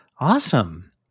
Awesome